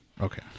Okay